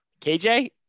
KJ